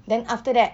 then after that